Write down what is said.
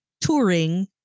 touring